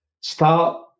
start